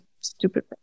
stupid